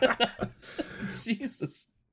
Jesus